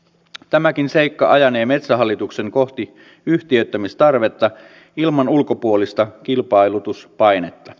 tämäkin seikka ajanee metsähallituksen kohti yhtiöittämistarvetta ilman ulkopuolista kilpailutuspainetta